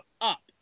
up